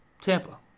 Tampa